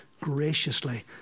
graciously